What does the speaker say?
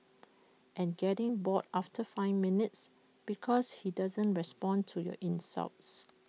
and getting bored after five minutes because he doesn't respond to your insults